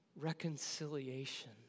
reconciliation